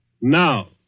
Now